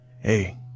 hey